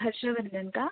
हर्षवर्धन का